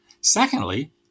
Secondly